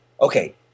okay